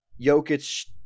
Jokic